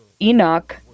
Enoch